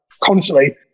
constantly